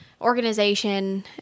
organization